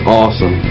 awesome